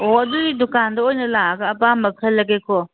ꯑꯣ ꯑꯗꯨꯗꯤ ꯗꯨꯀꯥꯟꯗ ꯑꯣꯏꯅ ꯂꯥꯥꯛꯑꯒ ꯑꯄꯥꯝꯕ ꯈꯜꯂꯒꯦꯀꯣ